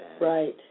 Right